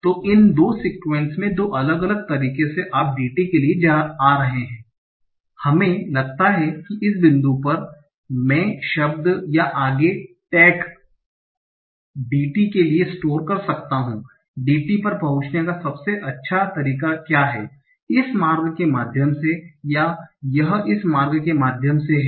तो इन 2 सीक्वन्स में 2 अलग अलग तरीके से आप DT के लिए आ रहे हैं हमें लगता है कि इस बिंदु पर मैं शब्द या आगे टेक DT के लिए स्टोर कर सकता हूं DT पर पहुंचने का सबसे अच्छा तरीका क्या है इस मार्ग के माध्यम से या यह इस मार्ग के माध्यम से है